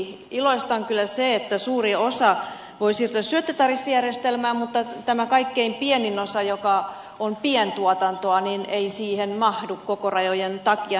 iloista on kyllä se että suurin osa voi siirtyä syöttötariffijärjestelmään mutta tämä kaikkein pienin osa joka on pientuotantoa ei siihen mahdu kokorajojen takia